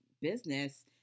business